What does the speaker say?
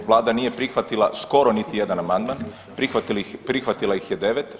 Vlada nije prihvatila skoro niti jedan amandman, prihvatila ih je devet.